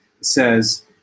says